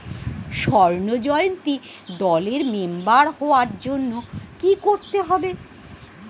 স্বর্ণ জয়ন্তী দলের মেম্বার হওয়ার জন্য কি করতে হবে?